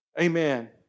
Amen